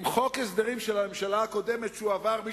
עם חוק הסדרים של הממשלה הקודמת שעבר en bloc,